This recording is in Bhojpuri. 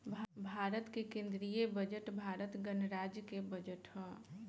भारत के केंदीय बजट भारत गणराज्य के बजट ह